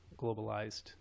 globalized